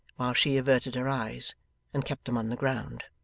while she averted her eyes and kept them on the ground.